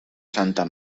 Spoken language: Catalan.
santa